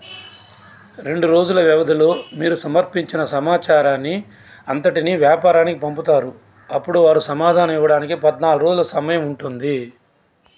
రెండు రోజుల వ్యవధిలో మీరు సమర్పించిన సమాచారాన్ని అంతటినీ వ్యాపారానికి పంపుతారు అప్పుడు వారు సమాధానం ఇవ్వడానికి పద్నాలుగు రోజుల సమయం ఉంటుంది